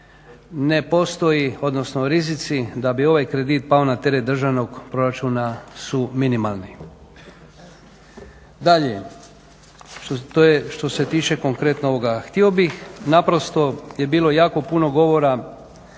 Ne postoji odnosno rizici da bi ovaj kredit pao na teret državnog proračuna su minimalni. Dalje. Što se tiče konkretno ovoga, htio bih naprosto je bilo jako puno govora